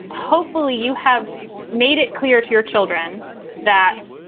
hopefully you have made it clear to your children that,